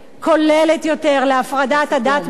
כוללת יותר להפרדת הדת מפוליטיקה,